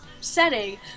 setting